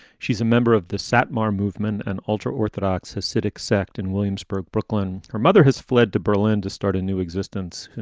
she's a member of the satmar movement, an ultra orthodox hasidic sect in williamsburg, brooklyn. her mother has fled to berlin to start a new existence.